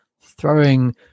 throwing